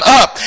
up